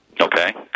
Okay